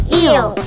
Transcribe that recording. eel